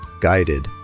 guided